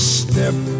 step